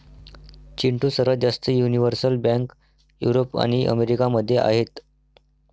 चिंटू, सर्वात जास्त universal bank Europe आणि अमेरिका मध्ये आहेत